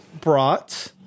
brought